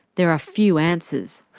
there are few answers.